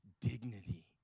dignity